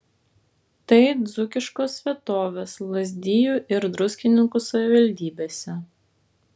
tai dzūkiškos vietovės lazdijų ir druskininkų savivaldybėse